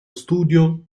studio